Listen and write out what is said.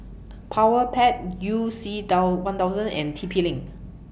Powerpac YOU C one thousand and T P LINK